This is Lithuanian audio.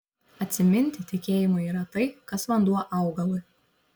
atsiminti tikėjimui yra tai kas vanduo augalui